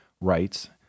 rights